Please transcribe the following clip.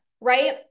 right